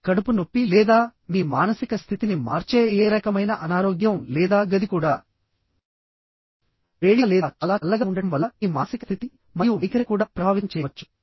కడుపు నొప్పి లేదా మీ మానసిక స్థితిని మార్చే ఏ రకమైన అనారోగ్యం లేదా గది కూడా వేడిగా లేదా చాలా చల్లగా ఉండటం వల్ల మీ మానసిక స్థితి మరియు వైఖరిని కూడా ప్రభావితం చేయవచ్చు